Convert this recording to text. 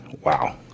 wow